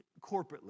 corporately